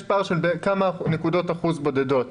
יש פער של כמה נקודות אחוז בודדות.